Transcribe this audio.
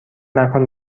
مکان